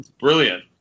Brilliant